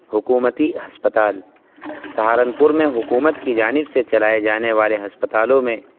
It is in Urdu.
حکومتی ہسپتال سہارنپور میں حکومت کی جانب سے چلائے جانے والے ہسپتالوں میں